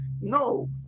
No